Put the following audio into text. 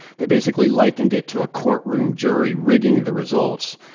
they basically likened it to a courtroom jury-rigging the results.